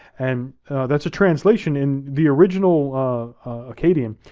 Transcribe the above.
and that's a translation, in the original akkadian,